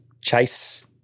chase